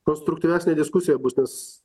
konstruktyvesnė diskusija bus nes